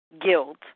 guilt